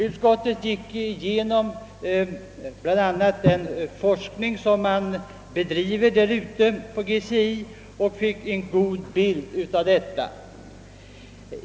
Utskottet gick bl.a. igenom den forskning man bedriver på GCI och fick en god bild därav.